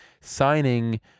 signing